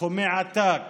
בסכומי עתק